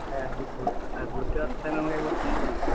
হ্যাঁ ঘুরতে ঘুরতে আসতে আমাকে একবার ফোন করিস